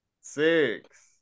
six